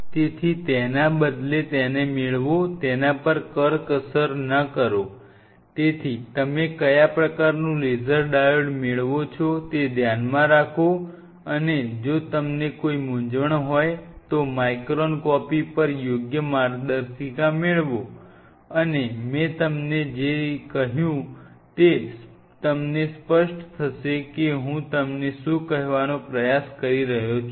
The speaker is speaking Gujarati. તેથી તેના બદલે તેને મેળવો તેના પર કરકસર ના કરો તેથી તમે કયા પ્રકારનું લેસર ડાયોડ મેળવો છો તે ધ્યાનમાં રાખો અને જો તમને કોઈ મૂંઝવણ હોય તો માઇક્રોન કોપી પર યોગ્ય માર્ગદર્શિકા મેળવો અને મેં તમને જે કહ્યું છે તે તમને સ્પષ્ટ થશે કે હું તમને શું કહેવાનો પ્રયાસ કરી રહ્યો છું